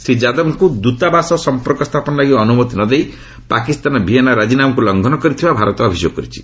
ଶ୍ରୀ ଯାଦବଙ୍କୁ ଦ୍ୱତାବାସ ସଂପର୍କ ସ୍ଥାପନ ଲାଗି ଅନୁମତି ନ ଦେଇ ପାକିସ୍ତାନ ଭିଏନା ରାଜିନାମାକୁ ଲଂଘନ କରିଥିବା ଭାରତ ଅଭିଯୋଗ କରିଛି